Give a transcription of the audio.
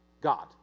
God